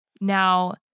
Now